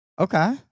Okay